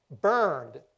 burned